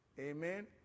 Amen